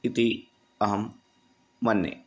इति अहं मन्ये